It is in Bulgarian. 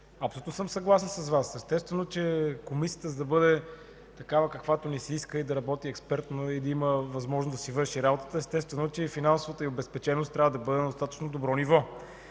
абсолютно съм съгласен с Вас. Естествено, че Комисията, за да бъде такава, каквато ни се иска и да работи експертно, да има възможност да си върши работата, естествено, че финансовата й обезпеченост трябва да бъде на достатъчно добро ниво.